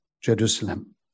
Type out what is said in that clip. Jerusalem